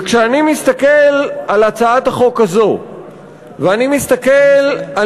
כשאני מסתכל על הצעת החוק הזאת ואני מסתכל על